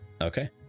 Okay